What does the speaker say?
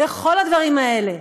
וכל הדברים האלה.